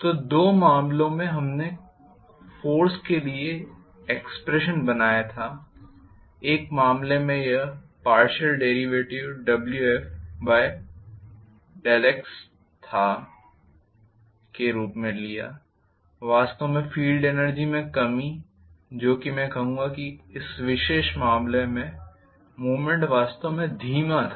तो दो मामलों में हमने फोर्स के लिए एक्सप्रेशन बनाया एक मामले में यह Wf∂x था के रूप लिया वास्तव में फील्ड एनर्जी में कमी जो कि मैं कहूंगा कि इस विशेष मामले में मूवमेंट वास्तव में धीमा था